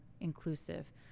inclusive